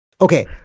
Okay